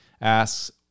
asks